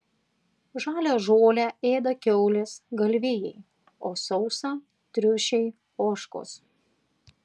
žalią žolę ėda kiaulės galvijai o sausą triušiai ožkos